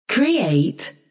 Create